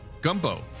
gumbo